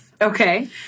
Okay